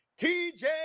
tj